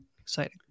Exciting